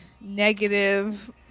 negative